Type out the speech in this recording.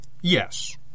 Yes